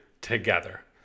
together